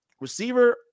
receiver